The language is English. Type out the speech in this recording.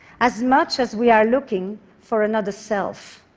as much as we are looking for another self.